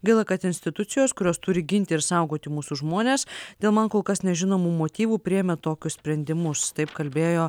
gaila kad institucijos kurios turi ginti ir saugoti mūsų žmones dėl man kol kas nežinomų motyvų priėmė tokius sprendimus taip kalbėjo